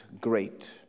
great